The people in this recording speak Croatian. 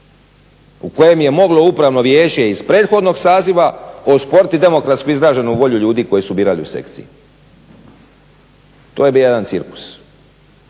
u kojem je moglo Upravno vijeće iz prethodnog saziva osporiti demokratski izraženu volju ljudi koji su birali u sekciji. To je bio jedan cirkus.